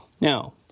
Now